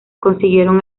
consiguieron